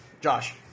Josh